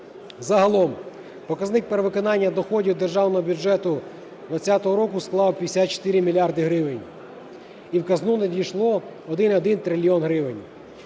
Загалом показник перевиконання доходів Державного бюджету 2020 року склав 54 мільярди гривень, і в казну надійшло 1,1 трильйон гривень.